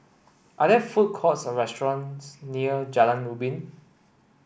are there food courts or restaurants near Jalan Ubin